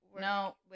No